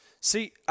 See